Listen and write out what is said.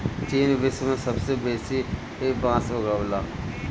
चीन विश्व में सबसे बेसी बांस उगावेला